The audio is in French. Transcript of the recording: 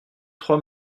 trois